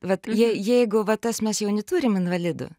vat jie jeigu va tas mes jauni turim invalidų